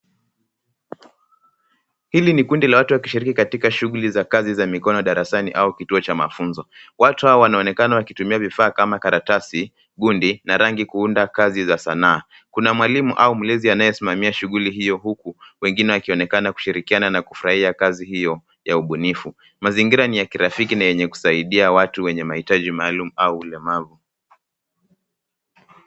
Hili ni kundi la watu wakishiriki katika shughuli za kazi za mikono darasani au kituo cha mafunzo. Watu hawa wanaonekana wakitumia vifaa kama karatasi, gundi na rangi kuunda kazi za sanaa. Kuna mwalimu au mlezi anaye simamia shughuli hiyo huku wengine wakionekana kushirikiana na kufurahia kazi hio ya ubunifu. Mazingira ni ya kirafiki na yenye kusaidia watu wenye mahitaji maalum au ulemavu.